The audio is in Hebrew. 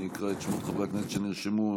אקרא את שמות חברי הכנסת שנרשמו,